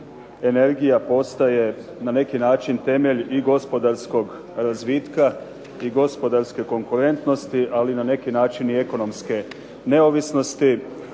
energija postaje na neki način temelj i gospodarskog razvitka i gospodarske konkurentnosti ali na neki način i ekonomske neovisnosti